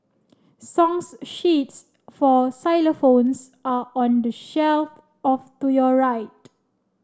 song sheets for xylophones are on the shelf of to your right